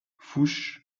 fuchs